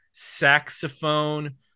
Saxophone